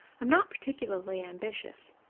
i'm not particularly ambitious.